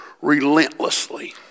relentlessly